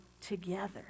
together